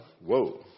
Whoa